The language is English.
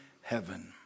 heaven